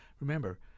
Remember